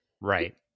Right